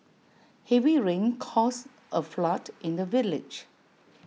heavy rain caused A flood in the village